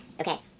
okay